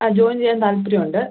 ആ ജോയിൻ ചെയ്യാൻ താൽപ്പര്യമുണ്ട്